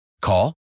Call